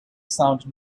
sound